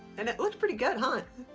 and it looks pretty good, huh?